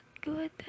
good